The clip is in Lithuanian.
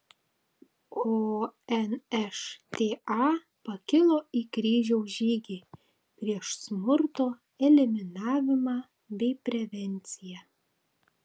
o nšta pakilo į kryžiaus žygį prieš smurto eliminavimą bei prevenciją